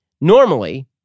Normally